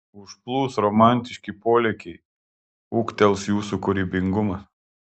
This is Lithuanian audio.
užplūs romantiški polėkiai ūgtels jūsų kūrybingumas